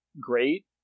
great